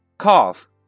Cough